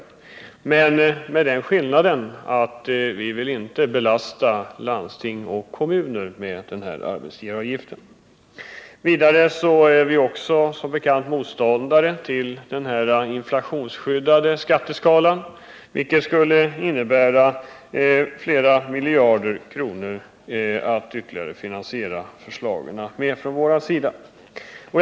Men vi vill inte belasta landsting och kommuner med arbetsgivaravgiften. Som bekant är vi också motståndare till den inflationsskyddade skatteskalan. Tar man bort den har man ytterligare flera miljarder att finansiera våra förslag med.